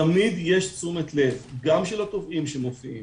תמיד יש תשומת לב גם של התובעים שמופיעים